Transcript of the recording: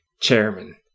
chairman